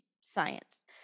science